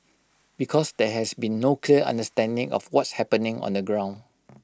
because there has been no clear understanding of what's happening on the ground